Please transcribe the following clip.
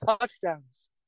touchdowns